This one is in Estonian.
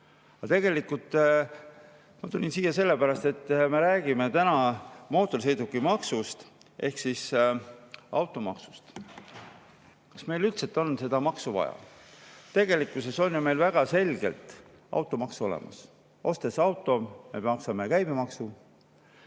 Aga tegelikult ma tulin siia sellepärast, et me räägime täna mootorsõidukimaksust ehk automaksust. Kas meil üldse on seda maksu vaja? Tegelikkuses on meil automaks ju väga selgelt olemas. Ostes auto, me maksame käibemaksu,